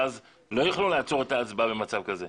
ואז לא יוכלו לעצור את ההצבעה במצב כזה.